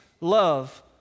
love